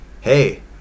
Hey